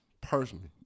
personally